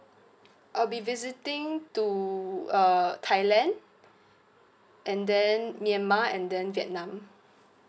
I'll be visiting to uh thailand and then myanmar and then vietnam